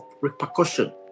repercussion